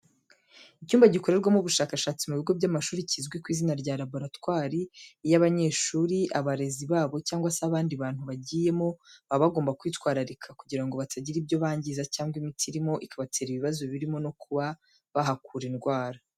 Icyumba gikorerwamo ubushakashatsi mu bigo by'amashuri kizwi ku izina rya laboratwari, iyo abanyeshuri, abarezi babo cyangwa se abandi bantu bagiyemo, baba bagomba kwitwararika, kugira ngo batagira ibyo bangiza cyangwa imiti irimo ikabatera ibibazo birimo no kuba bahakura indwara.